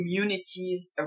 communities